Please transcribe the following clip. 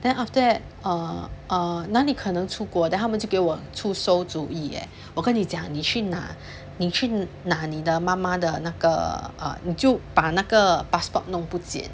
then after that err err 哪里可能出国 then 他们就给我出馊主意 leh 我跟你讲你去拿你去拿你的妈妈的那个啊你就把那个 passport 弄不见